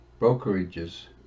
brokerages